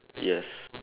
yes